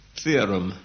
theorem